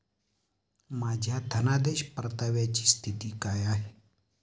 माझ्या धनादेश परताव्याची स्थिती काय आहे?